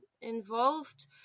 involved